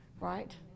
right